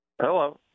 Hello